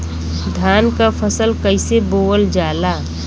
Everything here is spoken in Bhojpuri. धान क फसल कईसे बोवल जाला?